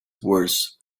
worse